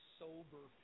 sober